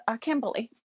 Kimberly